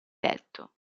letto